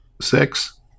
six